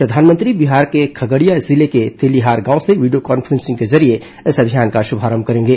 प्रधानमंत्री बिहार के खगड़िया जिले के तेलीहार गांव से वीडियो कांफ्रेंस के जरिए इस अभियान का शुभारंभ करेंगे